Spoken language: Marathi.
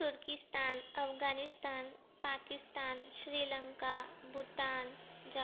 तुर्कीस्तान अफगाणिस्तान पाकिस्तान श्रीलंका भूतान जाप